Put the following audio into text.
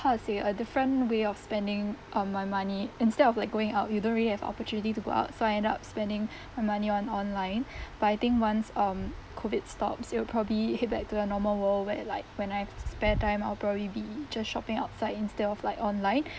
how to say a different way of spending on my money instead of like going out you don't really have opportunity to go out so I end up spending my money on online but I think once um COVID stops it would probably hit back to a normal world where like when I have spare time I'll probably be just shopping outside instead of like online